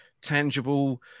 tangible